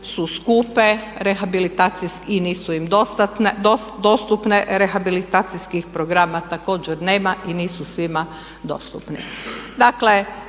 su skupe i nisu im dostupne, rehabilitacijskih programa također nema i nisu svima dostupni.